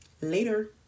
later